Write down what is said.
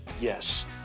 yes